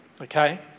Okay